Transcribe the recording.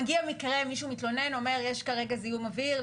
אם מישהו מתלונן ואומר שיש זיהום אוויר,